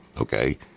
okay